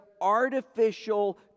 artificial